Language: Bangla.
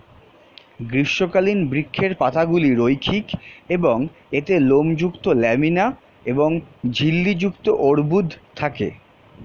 গ্রীষ্মকালীন বৃক্ষের পাতাগুলি রৈখিক এবং এতে লোমযুক্ত ল্যামিনা এবং ঝিল্লি যুক্ত অর্বুদ থাকে